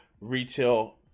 retail